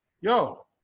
yo